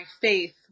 faith